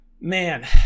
Man